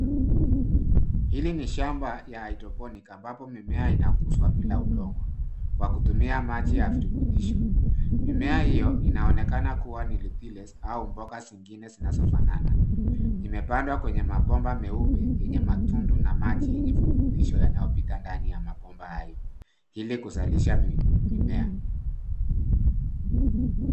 Hili ni shamba ya hydroponic ambapo mimea inakuzwa bila udongo kwa kutumia maji ya virutubisho. Mimea hiyo inaonekana kuwa ni lipilace au mboga zingine zinazofanana imepandwa kwenye mabomba nyeupe yenye matundu na maji enye virutubisho yanayopita ndani ya mabomba hayo ili kuzalisha mimea.